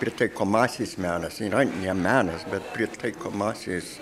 pritaikomasis menas yra ne menas bet pritaikomasis